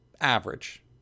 average